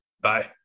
Bye